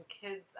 kids